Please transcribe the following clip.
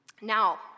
Now